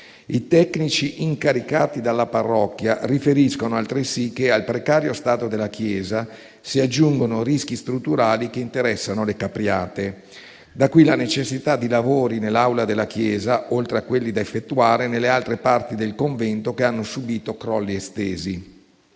I tecnici incaricati dalla parrocchia riferiscono altresì che al precario stato della chiesa si aggiungono rischi strutturali che interessano le capriate. Da qui la necessità di lavori nell'aula della chiesa, oltre a quelli da effettuare nelle altre parti del convento che hanno subito crolli estesi.